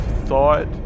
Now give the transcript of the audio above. thought